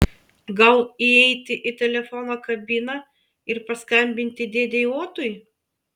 gal įeiti į telefono kabiną ir paskambinti dėdei otui